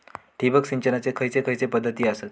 ठिबक सिंचनाचे खैयचे खैयचे पध्दती आसत?